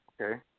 Okay